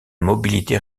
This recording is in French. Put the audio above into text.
mobilité